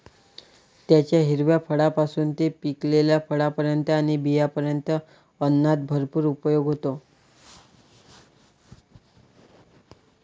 त्याच्या हिरव्या फळांपासून ते पिकलेल्या फळांपर्यंत आणि बियांपर्यंत अन्नात भरपूर उपयोग होतो